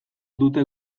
dute